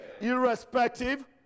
irrespective